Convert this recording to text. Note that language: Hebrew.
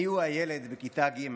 מיהו הילד בכיתה ג'?